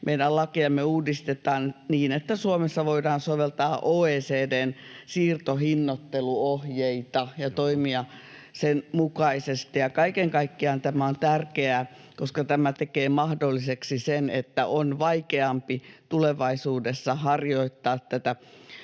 meidän lakejamme uudistetaan niin, että Suomessa voidaan soveltaa OECD:n siirtohinnoitteluohjeita ja toimia sen mukaisesti. Kaiken kaikkiaan tämä on tärkeää, koska tämä tekee mahdolliseksi sen, että on vaikeampi tulevaisuudessa harjoittaa